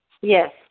Yes